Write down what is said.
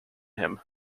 him